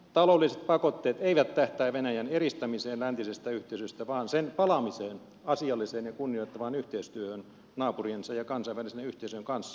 taloudelliset pakotteet eivät tähtää venäjän eristämiseen läntisestä yhteisöstä vaan sen palaamiseen asialliseen ja kunnioittavaan yhteistyöhön naapuriensa ja kansainvälisten yhteisöjen kanssa